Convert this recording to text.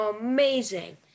amazing